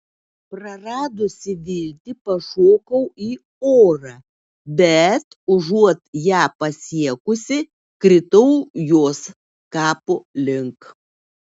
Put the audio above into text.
praradusi viltį pašokau į orą bet užuot ją pasiekusi kritau jos kapo link